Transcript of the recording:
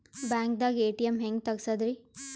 ಬ್ಯಾಂಕ್ದಾಗ ಎ.ಟಿ.ಎಂ ಹೆಂಗ್ ತಗಸದ್ರಿ?